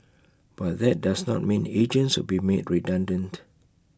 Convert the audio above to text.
but that does not mean agents will be made redundant